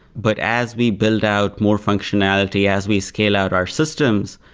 but as we build out more functionality, as we scale out our systems,